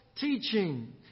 teaching